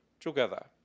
together